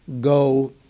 Go